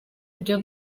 ibyo